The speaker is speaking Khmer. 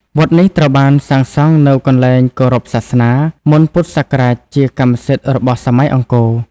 វត្តនេះ ត្រូវបានសាងសង់នៅកន្លែងគោរពសាសនា មុនពុទ្ធសករាជជាកម្មសិទ្ធិរបស់សម័យអង្គរ។